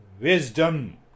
wisdom